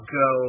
go